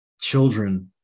children